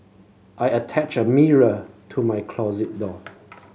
I attached a mirror to my closet door